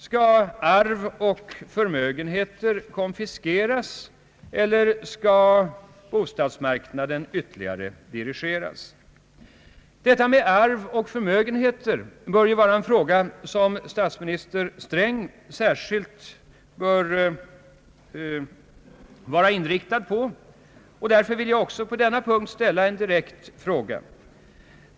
Skall arv och förmögenheter konfiskeras eller skall bostadsmarknaden ytterligare dirigeras? Spörsmålet om arv och förmögenheter bör ju finansminister Sträng vara särskilt inriktad på, och därför vill jag på denna punkt ställa en direkt fråga.